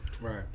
Right